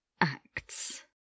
acts